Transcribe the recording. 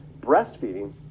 breastfeeding